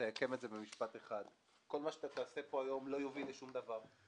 אסכם את דבריי במשפט אחד: כל מה שאתה תעשה פה היום לא יוביל לשום דבר.